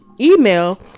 Email